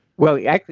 well yeah actually,